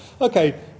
Okay